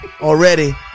Already